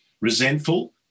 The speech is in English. resentful